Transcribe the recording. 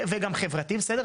וגם חברתי, בסדר?